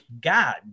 God